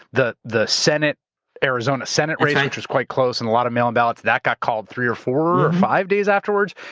the the arizona senate race which was quite close and a lot of mail in ballots, that got called three or four or five days afterwards.